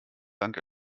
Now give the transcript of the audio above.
dank